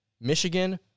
Michigan